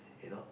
you know